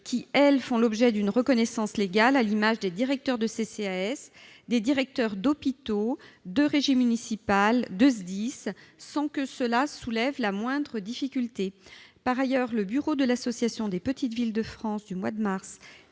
qui, elles, font l'objet d'une reconnaissance légale- comme les directeurs de CCAS, d'hôpital, de régie municipale ou encore de SDIS -sans que cela soulève la moindre difficulté. Par ailleurs, le bureau de l'Association des petites villes de France du mois de mars